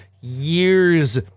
years